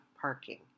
parking